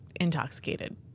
intoxicated